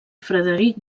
frederic